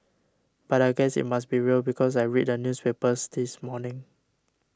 but I guess it must be real because I read the newspapers this morning